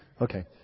Okay